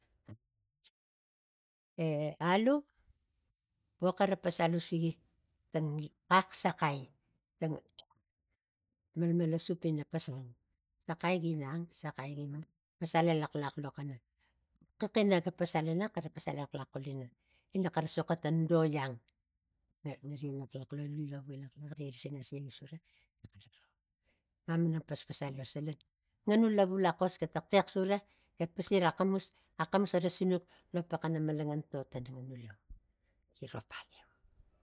Ah e alu vo xara pasal usigi tang xax saxai tang malmal a sup ina pasa saxai gi nang saxai gi ma pasal elaxlax lo xaxina ga pasal ginang xara pasal elaxlax xulina ina xara soxo tang do iang ga tari elaxlax lo lui lavu elax lax riga lisini asiaki sura e xara ro man aman paspasal lo salan ga lavu laxos ga taxtex sur aga pisi ra axamus axamus cara sinuk lo paxana malangan tara nganu lavu giro paliu.